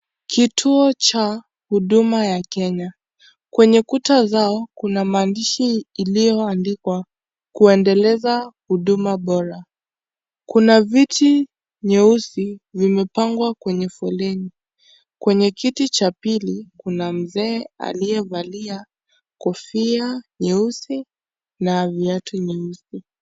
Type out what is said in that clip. Kituo cha huduma ya Kenya. Kwenye kuta zao kuna maandishi iliyoandikwa kwendeleza huduma bora . Kuna viti nyeusi zimepangwa kwenye foleni , kwenye kiti cha pili kuna mzee aliyevalia kofia nyeusi na viatu nyeusi.